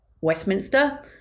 Westminster